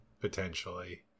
potentially